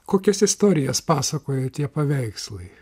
kokias istorijas pasakoja tie paveikslai